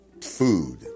food